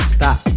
Stop